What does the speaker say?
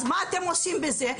אז מה אתם עושים עם זה?